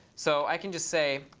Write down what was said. so i can just say,